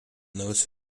those